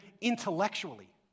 intellectually